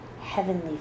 heavenly